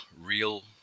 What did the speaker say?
real